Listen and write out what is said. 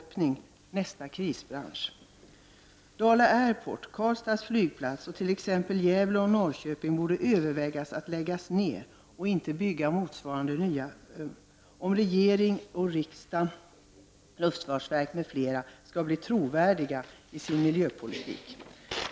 Man borde överväga att lägga ner Dala Airport, Karlstads flygplats och t.ex. Gävles och Norrköpings flygplatser och inte bygga motsvarande nya om regeringen, riksdagen, luftfartsverket, m.fl. skall bli trovärdiga i sin miljöpolitik.